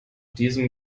diesem